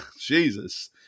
Jesus